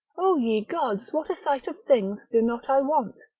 o ye gods what a sight of things do not i want?